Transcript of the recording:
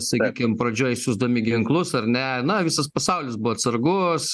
sakykim pradžioj siųsdami ginklus ar ne visas pasaulis buvo atsargus